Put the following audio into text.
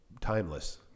timeless